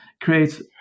creates